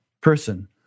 person